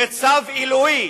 זה צו אלוהי.